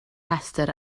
rhestr